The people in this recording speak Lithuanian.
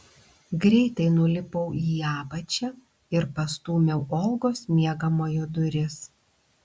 greitai nulipau į apačią ir pastūmiau olgos miegamojo duris